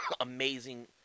amazing